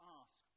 ask